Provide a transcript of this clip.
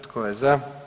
Tko je za?